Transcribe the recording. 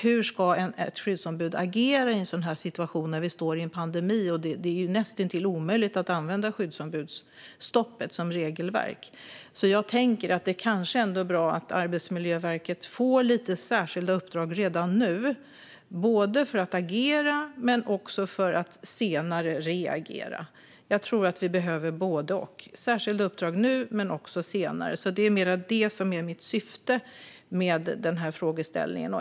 Hur ska ett skyddsombud agera i en situation med en pandemi? Det är ju näst intill omöjligt att använda skyddsombudsstoppet som regelverk. Därför tänker jag att det kanske ändå är bra att Arbetsmiljöverket får lite särskilda uppdrag redan nu, både för att agera och för att senare reagera. Jag tror att vi behöver både och: särskilda uppdrag nu men också senare. Det är mer det som är mitt syfte med min frågeställning.